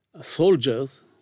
soldiers